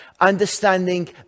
understanding